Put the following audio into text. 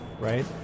right